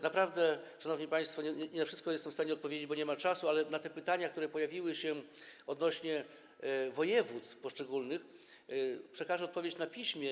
Naprawdę, szanowni państwo, nie na wszystko jestem w stanie odpowiedzieć, bo nie ma czasu, ale na te pytania, które pojawiły się odnośnie do poszczególnych województw, przekażę odpowiedź na piśmie.